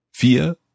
Vier